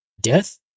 death